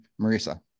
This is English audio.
Marisa